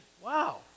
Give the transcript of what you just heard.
Wow